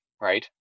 right